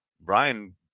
Brian